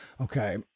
Okay